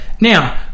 Now